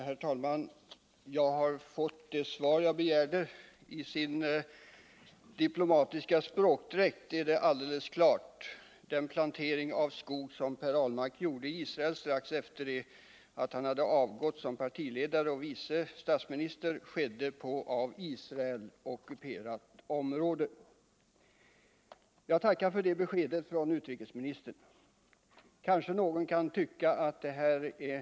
Herr talman! Jag har fått det svar jag begärde. I dess diplomatiska språkdräkt är det alldeles klart: Den plantering av skog som Per Ahlmark gjorde i Israel strax efter det att han hade avgått som partiledare och vice statsminister skedde på av Israel ockuperat område. Jag tackar för det beskedet från utrikesministern. Någon kanske kan tycka att detta är en obetydlig fråga.